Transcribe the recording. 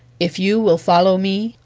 if you will follow me,